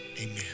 Amen